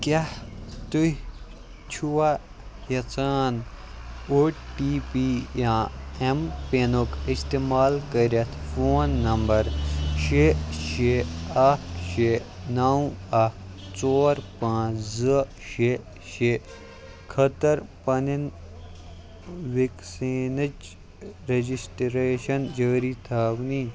کیٛاہ تُہۍ چھُوا یَژھان او ٹی پی یا اٮ۪م پِنُک اِستعمال کٔرِتھ فون نَمبَر شےٚ شےٚ اَکھ شےٚ نَو اَکھ ژور پانٛژھ زٕ شےٚ شےٚ خٲطٕر پَنٕنۍ وِکسیٖنٕچ رٮ۪جِسٹِریشَن جٲری تھاونی